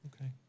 okay